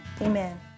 Amen